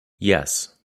yes